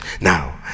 Now